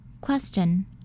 Question